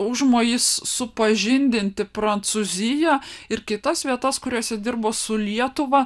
užmojis supažindinti prancūziją ir kitas vietas kuriose dirbo su lietuva